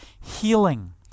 healing